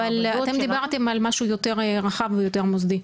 אבל אתם דיברתם על משהו יותר רחב ויותר מוסדי.